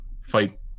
fight